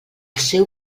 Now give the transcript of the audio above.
seu